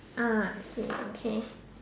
uh I see okay